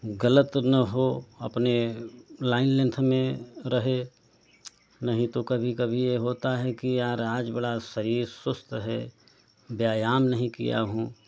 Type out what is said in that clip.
गलत न हो अपने लाइन लेंथ में रहे नहीं तो कभी कभी यह होता है कि यार आज बड़ा शरीर सुस्त है व्यायाम नहीं किया हूँ